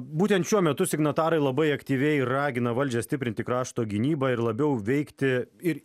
būtent šiuo metu signatarai labai aktyviai ragina valdžią stiprinti krašto gynybą ir labiau veikti ir